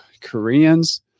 Koreans